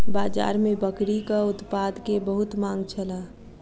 बाजार में बकरीक उत्पाद के बहुत मांग छल